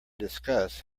discuss